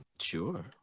Sure